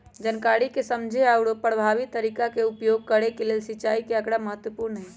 जनकारी के समझे आउरो परभावी तरीका के उपयोग करे के लेल सिंचाई के आकड़ा महत्पूर्ण हई